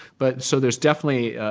but so there's definitely,